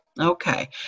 Okay